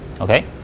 Okay